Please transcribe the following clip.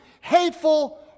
hateful